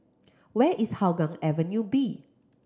where is Hougang Avenue B